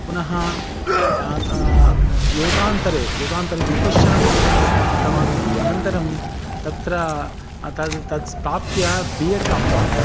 पुनः याद् योगान्तरे योगान्तरे विपश्यनं योगम् एकं कृतवन्तः अनन्तरं तत्र अत तद् प्राप्य बि येड् प्राप्तवान्